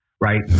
Right